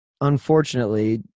unfortunately